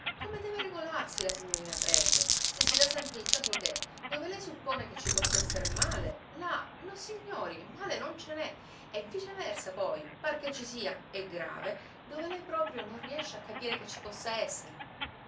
come deve regolarsi la signorina trecke se si dà sempre il caso che dove lei suppone che ci possa esser male là nossignori male non c'è e viceversa poi par che ci sia e grave dove lei proprio non riesce a capire che ci possa essere